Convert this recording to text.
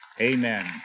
Amen